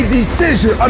decision